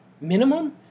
minimum